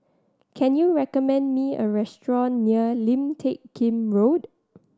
can you recommend me a restaurant near Lim Teck Kim Road